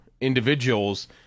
individuals